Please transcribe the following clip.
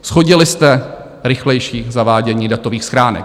Shodili jste rychlejší zavádění datových schránek.